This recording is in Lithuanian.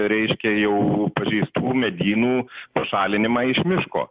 reiškia jau pažeistų medynų pašalinimą iš miško